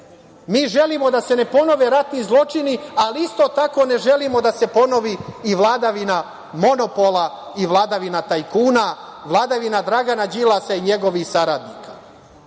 Mi želimo da se ne ponove ratni zločini, ali isto tako ne želimo da se ponovi i vladavina monopola i vladavina tajkuna, vladavina Dragana Đilasa i njegovih saradnika,